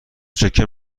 چکه